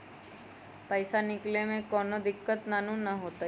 पईसा निकले में कउनो दिक़्क़त नानू न होताई?